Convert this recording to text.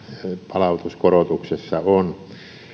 palautuskorotuksessa on